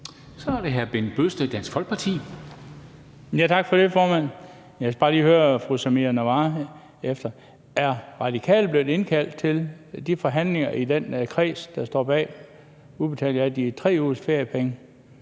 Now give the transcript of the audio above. Så er det hr. Bent Bøgsted, Dansk Folkeparti. Kl. 12:51 Bent Bøgsted (DF): Tak for det, formand. Jeg skal bare lige høre fru Samira Nawa, om Radikale er blevet indkaldt til de forhandlinger i den kreds, der står bag udbetalingen af de 3 ugers feriepenge.